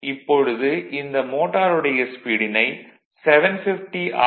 இப்பொழுது இந்த மோட்டாருடைய ஸ்பீடினை 750 ஆர்